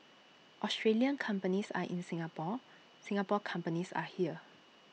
Australian companies are in Singapore Singapore companies are here